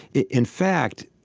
in fact,